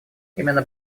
именно